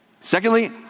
Secondly